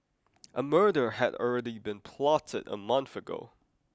a murder had already been plotted a month ago